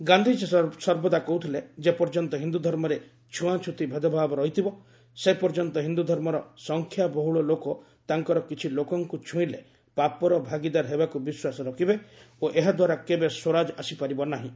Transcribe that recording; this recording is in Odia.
ଗାନ୍ଧିଜୀ ସର୍ବଦା କହୁଥିଲେ ଯେପର୍ଯ୍ୟନ୍ତ ହିନ୍ଦୁଧର୍ମରେ ଛୁଆଁଚ୍ଛୁତି ଭେଦଭାବ ରହିଥିବ ସେ ପର୍ଯ୍ୟନ୍ତ ହିନ୍ଦୁଧର୍ମର ସଂଖ୍ୟାବହୁଳ ଲୋକ ତାଙ୍କର କିଛି ଲୋକଙ୍କୁ ଛୁଇଁଲେ ପାପର ଭାଗିଦାର ହେବାକୁ ବିଶ୍ୱାସ ରଖିବେ ଓ ଏହା ଦ୍ୱାରା କେବେ ସ୍ୱରାଜ ଆସିପାରିବ ନାହିଁ